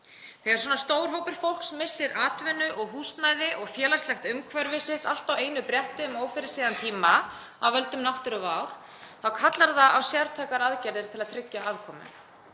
Þegar svona stór hópur fólks missir atvinnu og húsnæði og félagslegt umhverfi sitt, allt á einu bretti um ófyrirséðan tíma af völdum náttúruvár, þá kallar það á sértækar aðgerðir til að tryggja afkomu.